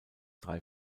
drei